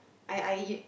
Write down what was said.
I I